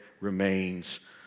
remains